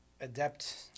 adapt